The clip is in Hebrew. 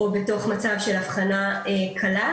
או בתוך מצב של אבחנה קלה.